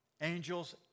angels